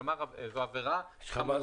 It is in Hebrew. כלומר, זו עביר החמורה.